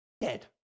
dead